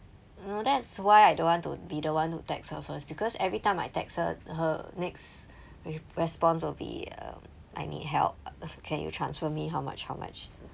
that's why I don't want to be the one who text her first because every time I text her her next re~ response will be um I need help can you transfer me how much how much